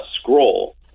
scroll